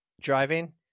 driving